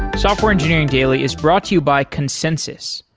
software engineering daily is brought to you by consensys.